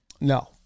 No